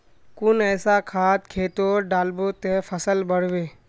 कुन ऐसा खाद खेतोत डालबो ते फसल बढ़बे?